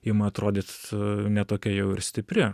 ima atrodyt ne tokia jau ir stipri